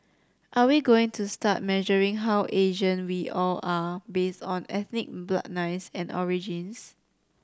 are we going to start measuring how Asian we all are based on ethnic bloodlines and origins